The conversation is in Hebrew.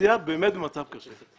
התעשייה באמת במצב קשה.